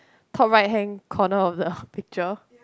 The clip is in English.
top right hand corner of the picture